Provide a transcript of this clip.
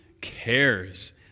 cares